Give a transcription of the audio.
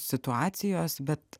situacijos bet